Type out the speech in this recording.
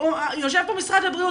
יושב פה משרד הבריאות,